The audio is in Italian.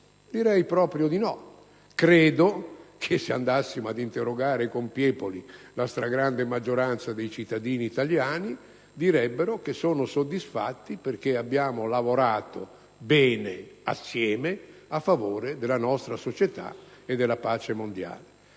Direi proprio di no. Se andassimo ad interrogarli con Piepoli, la stragrande maggioranza dei cittadini italiani direbbero che sono soddisfatti perché abbiamo lavorato bene assieme a favore della nostra società e della pace mondiale.